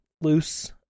loose